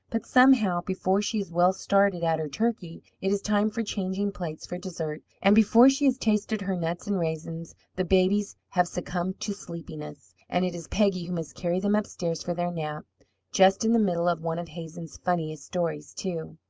but somehow, before she is well started at her turkey, it is time for changing plates for dessert, and before she has tasted her nuts and raisins the babies have succumbed to sleepiness, and it is peggy who must carry them upstairs for their nap just in the middle of one of hazen's funniest stories, too.